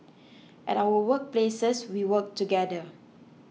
at our work places we work together